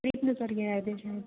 ट्रीपनुसार